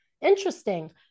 Interesting